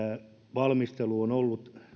valmistelu on ollut